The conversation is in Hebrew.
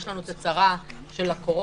יש לנו את הצרה של הקורונה,